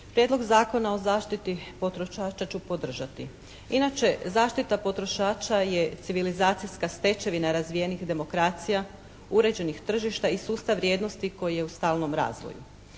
Prijedlog zakona o zaštiti potrošača ću podržati. Inače zaštita potrošača je civilizacijska stečevina razvijenih demokracija uređenih tržišta i sustav vrijednosti koje je u stalnom razvoju.